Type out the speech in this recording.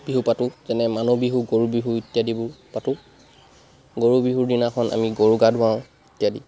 বিহু পাতোঁ যেনে মানুহ বিহু গৰু বিহু ইত্যাদিবোৰ পাতোঁ গৰু বিহুৰ দিনাখন আমি গৰু গা ধুৱাওঁ ইত্যাদি